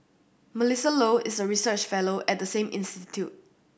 Melissa Low is a research fellow at the same institute